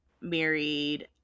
married